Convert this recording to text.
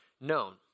known